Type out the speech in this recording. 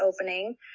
opening